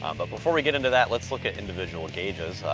but before we get into that, let's look at individual gauges.